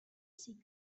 c’est